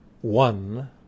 one